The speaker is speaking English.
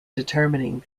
determining